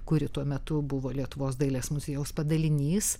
kuri tuo metu buvo lietuvos dailės muziejaus padalinys